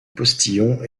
postillon